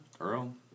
Earl